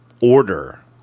order